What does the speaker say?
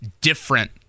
different